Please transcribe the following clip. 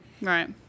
Right